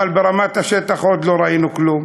אבל ברמת השטח עוד לא ראינו כלום,